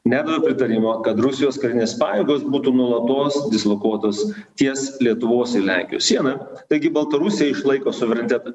nedavė pritarimo kad rusijos karinės pajėgos būtų nuolatos dislokuotos ties lietuvos ir lenkijos siena taigi baltarusija išlaiko suverenitetą